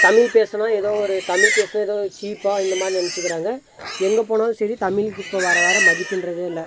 தமிழ் பேசினா ஏதோ ஒரு தமிழ் பேசினா ஏதோ சீப்பாக இந்த மாதிரி நினைச்சிக்கிறாங்க எங்கே போனாலும் சரி தமிழுக்கு இப்போ வர வர மதிப்புகிறதே இல்லை